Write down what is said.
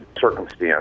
circumstance